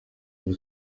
muri